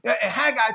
Haggai